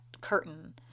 curtain